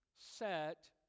Set